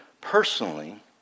personally